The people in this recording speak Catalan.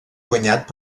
guanyat